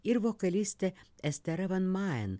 ir vokalistė estera van maen